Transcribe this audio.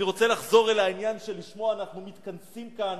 אני רוצה לחזור לעניין שלשמו אנחנו מתכנסים כאן